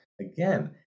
Again